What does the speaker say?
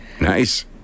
Nice